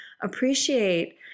appreciate